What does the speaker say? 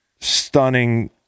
stunning